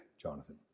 Jonathan